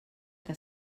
que